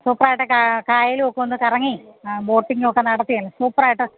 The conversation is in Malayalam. സൂപ്പറായിട്ടൊക്കെ കാ കായലുമൊക്കെ ഒന്നു കറങ്ങി ബോട്ടിങ്ങുമൊക്കെ നടത്തി അങ്ങ് സൂപ്പറായിട്ട്